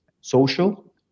social